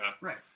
Right